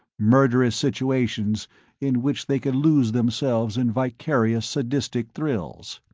murderous situations in which they could lose themselves in vicarious sadistic thrills.